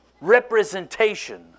representation